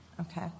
Okay